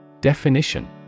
Definition